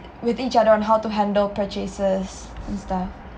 with each other on how to handle purchases and stuff